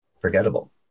forgettable